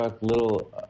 little